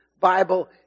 Bible